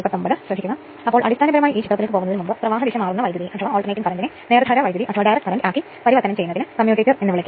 ഉയർന്ന വോൾട്ടേജ് വശം പ്രാഥമിക ലോ വോൾട്ടേജ് വശമാണ് ദ്വിതീയമെന്ന് നിർവചിക്കുന്നത് ഇവിടെ കഴ്സർ നോക്കുക